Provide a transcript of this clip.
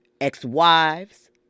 ex-wives